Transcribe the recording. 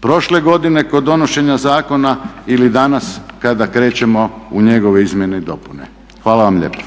prošle godine kod donošenja zakona ili danas kada krećemo u njegove izmjene i dopune. Hvala vam lijepo.